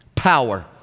power